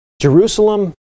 Jerusalem